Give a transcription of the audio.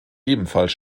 ebenfalls